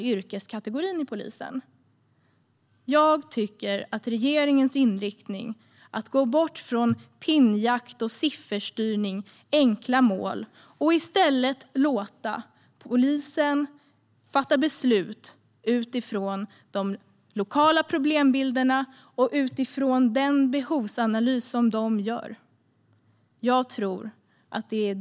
Jag tror att den mest framgångsrika modellen för styrning av svensk polis är regeringens inriktning bort från pinnjakt och sifferstyrning - enkla mål - och att man i stället låter polisen fatta beslut utifrån de lokala problembilderna och den behovsanalys de gör.